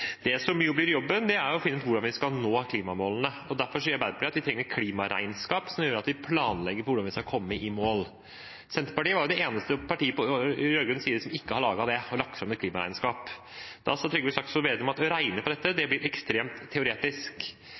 Det som blir jobben, er å finne ut hvordan vi skal nå klimamålene. Derfor sier Arbeiderpartiet at vi trenger et klimaregnskap, slik at vi kan planlegge for hvordan vi skal komme i mål. Senterpartiet er det eneste partiet på rød-grønn side som ikke har laget og lagt fram et klimaregnskap. Da sa Slagsvold Vedum at å regne på dette blir ekstremt teoretisk.